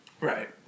Right